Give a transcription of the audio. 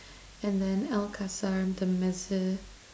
and then